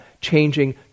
changing